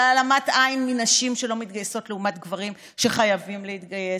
של העלמת עין מנשים שלא מתגייסות לעומת גברים שחייבים להתגייס,